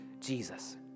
Jesus